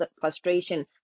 frustration